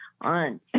on